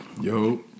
Yo